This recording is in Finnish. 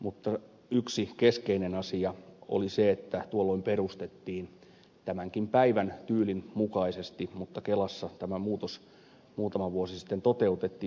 mutta yksi keskeinen asia oli se että tuolloin tämän päivän tyylin mukaisesti kelassa tämä muutos muutama vuosi sitten toteutettiin